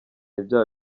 ibyaha